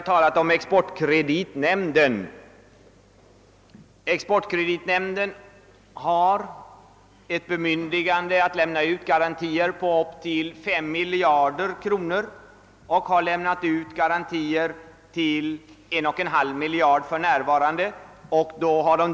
Exportkreditnämnden har bemyndigande att ställa garantier på upp till 5 miljarder kronor och har för när varande lämnat ut garantier på 1,5 miljarder.